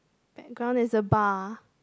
background is a bar